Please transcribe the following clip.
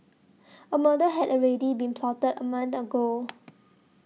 a murder had already been plotted a month ago